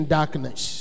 darkness